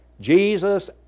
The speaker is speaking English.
Jesus